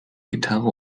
gitarre